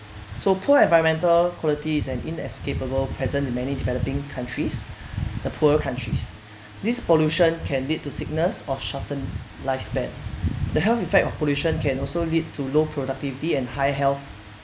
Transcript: so poor environmental qualities is an inescapable present in many developing countries the poorer countries this pollution can lead to sickness or shorten lifespan the health effect of pollution can also lead to low productivity and higher health